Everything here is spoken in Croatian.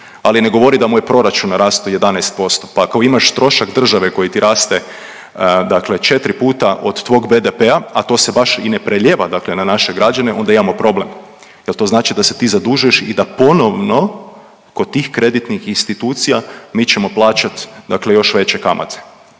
ali ne govori da mu je proračun narasto 11%, pa ako imaš trošak države koji ti raste četri puta od tvog BDP-a, a to se baš i ne prelijeva na naše građane onda imamo problem jel to znači da se ti zadužuješ i da ponovno kod tih kreditnih institucija mi ćemo plaćat još veće kamate.